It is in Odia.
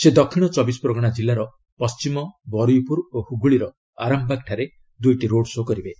ସେ ଦକ୍ଷିଣ ଚବିଶପ୍ରଗଣା ଜିଲ୍ଲାର ପଣ୍ଟିମ ବରୁଇପୁର ଓ ହୁଗୁଳିର ଆରାମବାଗ୍ ଠାରେ ଦୁଇଟି ରୋଡ୍ ଶୋ କରିବେ